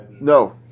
No